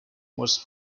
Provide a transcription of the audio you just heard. was